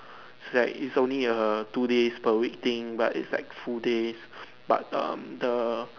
it's like it's only a two days per week thing but it's like full days but um the